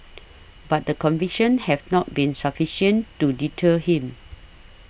but the convictions have not been sufficient to deter him